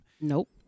Nope